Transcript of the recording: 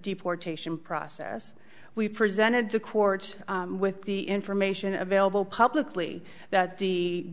deportation process we presented to court with the information available publicly that the